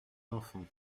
d’enfants